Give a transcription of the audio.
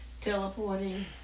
Teleporting